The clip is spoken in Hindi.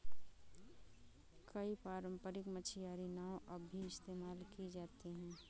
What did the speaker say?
कई पारम्परिक मछियारी नाव अब भी इस्तेमाल की जाती है